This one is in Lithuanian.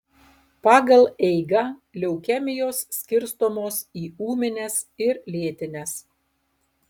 pagal eigą leukemijos skirstomos į ūmines ir lėtines